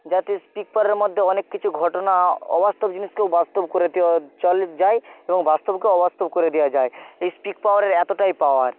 যাতে স্পিক পাওয়ারের মাধ্যে অনেক কিছু ঘটনা অবাস্তব জিনিসকেও বাস্তব করে দেওয়া চাইলে যায় এবং বাস্তবকে অবাস্তব করে দেওয়া যায় এই স্পিক পাওয়ারের এতোটাই পাওয়ার